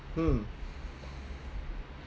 hmm